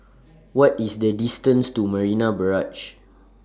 What IS The distance to Marina Barrage